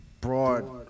broad